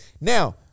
Now